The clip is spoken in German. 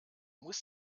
musst